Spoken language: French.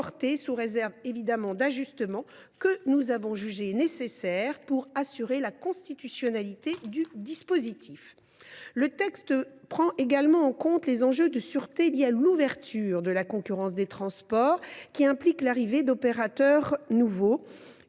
sous réserve d’ajustements que nous avons jugés nécessaires pour assurer la constitutionnalité du dispositif de saisie. Le texte prend également en compte les enjeux de sûreté liés à l’ouverture à la concurrence des transports, qui implique l’arrivée d’opérateurs ne